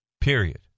period